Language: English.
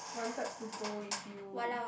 wanted to go with you